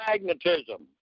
magnetism